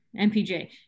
mpj